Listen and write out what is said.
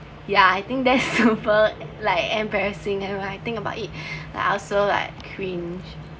yeah I think that’s super like embarrassing when I think about it I also like cringe